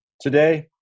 Today